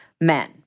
men